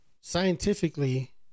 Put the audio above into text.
Scientifically